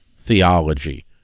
theology